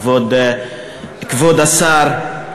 כבוד השר,